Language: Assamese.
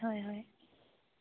হয় হয়